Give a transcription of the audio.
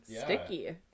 sticky